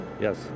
Yes